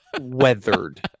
weathered